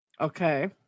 Okay